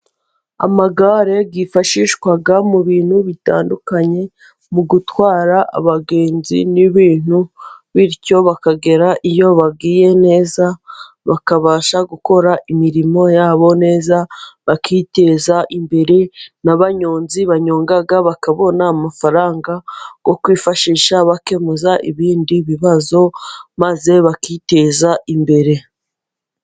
Amagare yifashishwa mu bintu bitandukanye, mu gutwara abagenzi n'ibintu, bityo bakagera iyo bagiye neza, bakabasha gukora imirimo ya bo neza, bakiteza imbere n'abanyonzi banyonga bakabona amafaranga yo kwifashisha bakemura ibindi bibazo, maze bakiteza imbere.